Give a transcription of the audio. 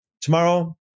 tomorrow